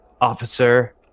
officer